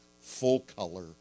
full-color